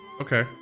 okay